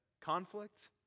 conflict